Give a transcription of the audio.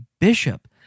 bishop